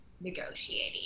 negotiating